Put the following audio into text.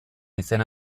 izena